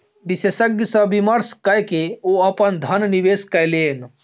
विशेषज्ञ सॅ विमर्श कय के ओ अपन धन निवेश कयलैन